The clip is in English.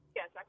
Yes